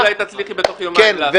גם את זה אולי תצליחי בתוך יומיים לעשות.